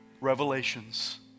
Revelations